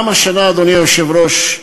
גם השנה, אדוני היושב-ראש,